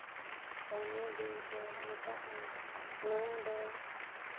ᱠᱟᱞᱢᱤᱭᱚ ᱵᱤᱧ ᱠᱚ ᱢᱮᱛᱟᱫᱼᱟ ᱱᱚᱣᱟ ᱫᱚ